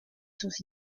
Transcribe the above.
sus